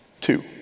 two